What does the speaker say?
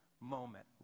moment